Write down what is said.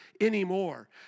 anymore